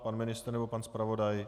Pan ministr nebo pan zpravodaj.